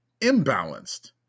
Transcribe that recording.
imbalanced